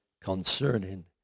concerning